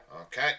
Okay